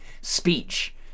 speech